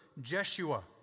Jeshua